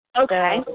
Okay